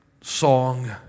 song